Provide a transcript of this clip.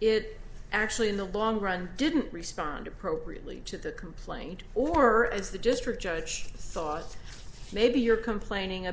it actually in the long run didn't respond appropriately to the complaint or as the district judge thought maybe you're complaining